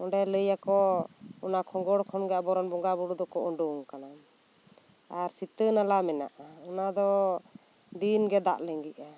ᱚᱸᱰᱮ ᱞᱟᱹᱭ ᱟᱠᱚ ᱚᱱᱟ ᱠᱷᱚᱸᱜᱚᱲ ᱠᱷᱚᱱ ᱜᱮ ᱟᱵᱚ ᱨᱮᱱ ᱵᱚᱸᱜᱟ ᱵᱳᱨᱳ ᱫᱚ ᱠᱚ ᱩᱰᱩᱜ ᱟᱠᱟᱱᱟ ᱟᱨ ᱥᱤᱛᱟᱹ ᱱᱟᱞᱟ ᱢᱮᱱᱟᱜᱼᱟ ᱚᱱᱟ ᱫᱚ ᱫᱤᱱ ᱜᱤ ᱫᱟᱜ ᱞᱤᱜᱤᱜᱼᱟ